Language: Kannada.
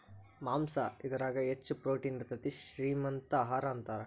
ಮಾಂಸಾ ಇದರಾಗ ಹೆಚ್ಚ ಪ್ರೋಟೇನ್ ಇರತತಿ, ಶ್ರೇ ಮಂತ ಆಹಾರಾ ಅಂತಾರ